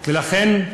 לכן,